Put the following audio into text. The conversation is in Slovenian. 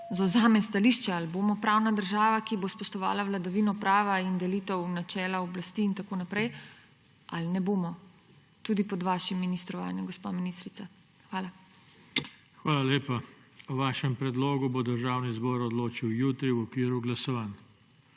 zavzame stališče, ali bomo pravna država, ki bo spoštovala vladavino prava in delitev načela oblasti in tako naprej, ali ne bomo. Tudi pod vašim ministrovanjem, gospa ministrica. Hvala. **PODPREDSEDNIK JOŽE TANKO:** Hvala lepa. O vašem predlogu bo Državni zbor odločil jutri v okviru glasovanj.